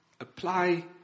Apply